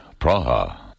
Praha